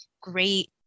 great